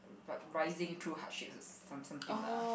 rise~ rising through hardships or some~ something lah